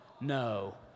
no